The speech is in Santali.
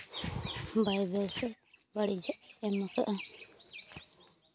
ᱵᱟᱭ ᱵᱮᱥ ᱵᱟᱹᱲᱤᱡᱟᱜ ᱮᱢ ᱠᱟᱜᱼᱟ